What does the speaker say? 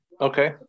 Okay